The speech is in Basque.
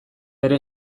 ere